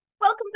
Welcome